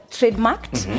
Trademarked